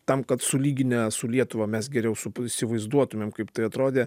tam kad sulyginę su lietuva mes geriau įsivaizduotumėm kaip tai atrodė